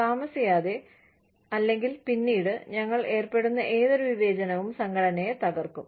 താമസിയാതെ അല്ലെങ്കിൽ പിന്നീട് ഞങ്ങൾ ഏർപ്പെടുന്ന ഏതൊരു വിവേചനവും സംഘടനയെ തകർക്കും